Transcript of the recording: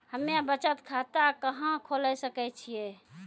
हम्मे बचत खाता कहां खोले सकै छियै?